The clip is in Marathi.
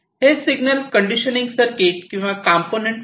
हे सिग्नल कंडिशनिंग सर्किट किंवा कंपोनेंट आहे